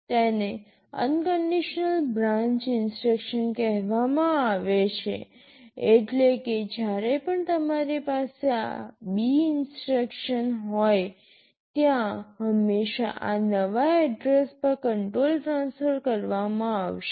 તેને unconditional branch instruction કહેવામાં આવે છે એટલે કે જ્યારે પણ તમારી પાસે આ B ઇન્સટ્રક્શન હોય ત્યાં હંમેશાં આ નવા એડ્રેસ પર કંટ્રોલ ટ્રાન્સફર કરવામાં આવશે